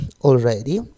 already